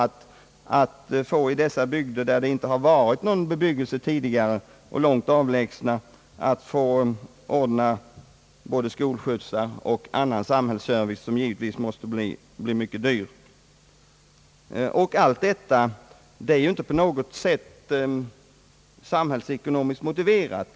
Man kommer i dessa avlägsna delar av kommunen, där det tidigare inte förekommit någon nämnvärd bebyggelse, att få ordna både skolskjutsar och annan samhällsservice, vilket givetvis måste bli mycket dyrt. Allt detta är ju inte på något sätt samhällsekonomiskt motiverat.